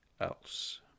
else